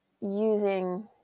using